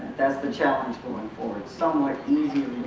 that's the challenge going forward. somewhat easier